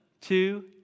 two